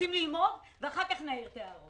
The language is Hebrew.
רוצים ללמוד, ואחר כך נעיר את הערות.